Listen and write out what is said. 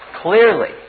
clearly